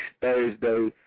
Thursday